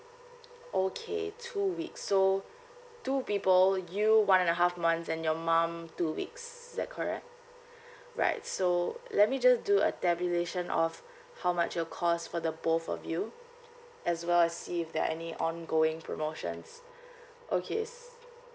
okay two weeks so two people you one and a half months and your mom two weeks is that correct right so let me just do a tabulation of how much it'll cost for the both of you as well as see if there are any ongoing promotions okay